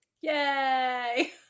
Yay